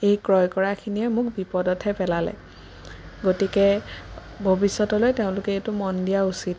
এই ক্ৰয় কৰাখিনিয়ে মোক বিপদতহে পেলালে গতিকে ভৱিষ্যতলৈ তেওঁলোকে এইটো মন দিয়া উচিত